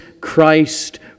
Christ